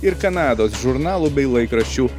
ir kanados žurnalų bei laikraščių